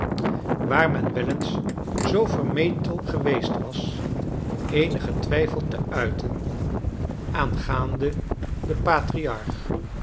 waar men wel eens zoo vermetel geweest was eenigen twijfel te uit en aangaande den